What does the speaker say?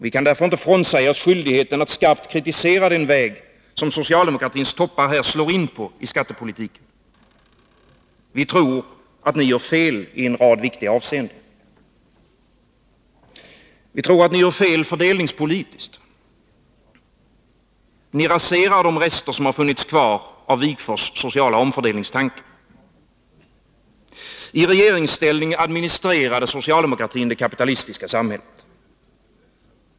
Vi kan därför inte frånsäga oss skyldigheten att skarpt kritisera den väg som socialdemokratins toppar här slår in på i skattepolitiken. Vi tror att ni gör fel i en rad viktiga avseenden. Vi tror att ni gör fel fördelningspolitiskt. Ni raserar de rester som har funnits kvar av Ernst Wigforss sociala omfördelningstanke. I regeringsställning administrerade socialdemokratin det kapitalistiska samhället.